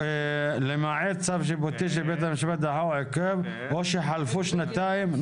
למעט צו שיפוטי שבית המשפט עכב או שחלפו שנתיים.